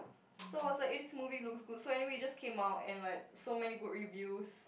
so I was like eh this movie looks good so anyway it just came out and like so many good reviews